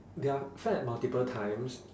they are fed multiple times